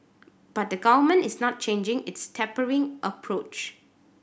but the Government is not changing its tapering approach